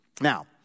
Now